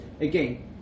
Again